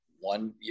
One